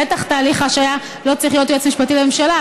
בטח בתהליך ההשעיה לא צריך להיות היועץ המשפטי לממשלה,